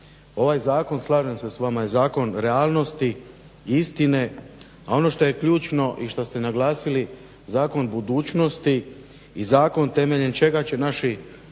Ovaj zakon slažem se s vama je zakon realnosti, istine, a ono što je ključno i što ste naglasili zakon budućnosti i zakon temeljem čega će naši